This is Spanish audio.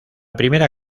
primera